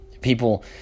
people –